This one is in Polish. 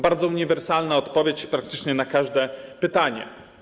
Bardzo uniwersalna odpowiedź, praktycznie na każde pytanie.